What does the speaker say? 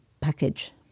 package